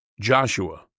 Joshua